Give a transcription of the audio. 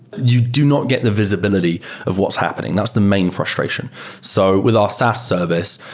you do not get the visibility of what's happening. that's the main frustration. so with our saas service,